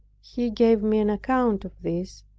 he gave me an account of this,